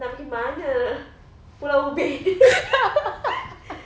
nak pergi mana pulau ubin